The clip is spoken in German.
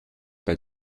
bei